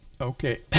Okay